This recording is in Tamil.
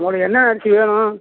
உங்களுக்கு என்ன அரிசி வேணும்